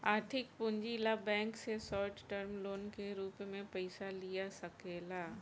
आर्थिक पूंजी ला बैंक से शॉर्ट टर्म लोन के रूप में पयिसा लिया सकेला